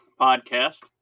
podcast